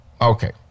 okay